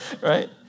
right